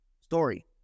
story